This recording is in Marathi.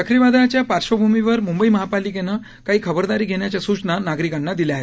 चक्रीवादळाच्या पार्श्वभूमीवर मुंबई महापालिकेनं काही खबरदारी घेण्याच्या सुचना नागरिकांना दिल्या आहेत